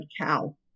cow